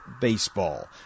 baseball